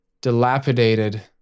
dilapidated